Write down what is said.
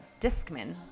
Discman